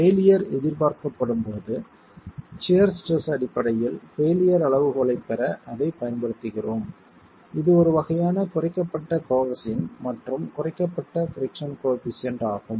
failure எதிர்பார்க்கப்படும் போது shear stress அடிப்படையில் பெயிலியர் அளவுகோலைப் பெற அதை பயன்படுகிறோம் இது ஒரு வகையான குறைக்கப்பட்ட கோஹெஸின் மற்றும் குறைக்கப்பட்ட பிரிக்சன் கோயெபிசியன்ட் ஆகும்